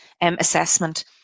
assessment